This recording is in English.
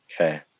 Okay